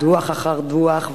דוח אחרי דוח,